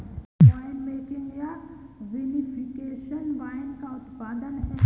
winemaking या vinification wine का उत्पादन है